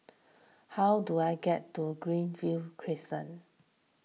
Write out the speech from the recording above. how do I get to Greenview Crescent